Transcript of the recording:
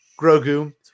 Grogu